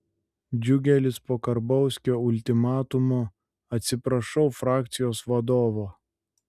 džiugelis po karbauskio ultimatumo atsiprašau frakcijos vadovo